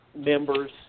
members